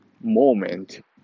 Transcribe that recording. moment